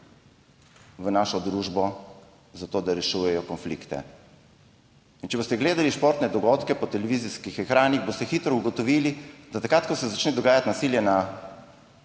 v našo družbo zato, da rešuje konflikte. In če boste gledali športne dogodke po televizijskih ekranih, boste hitro ugotovili, da takrat, ko se začne dogajati nasilje na